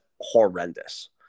horrendous